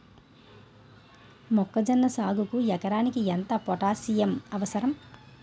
మొక్కజొన్న సాగుకు ఎకరానికి ఎంత పోటాస్సియం అవసరం?